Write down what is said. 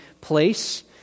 place